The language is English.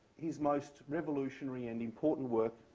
his most revolutionary and important work,